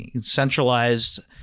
centralized